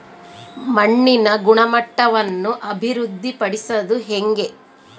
ಮಣ್ಣಿನ ಗುಣಮಟ್ಟವನ್ನು ಅಭಿವೃದ್ಧಿ ಪಡಿಸದು ಹೆಂಗೆ?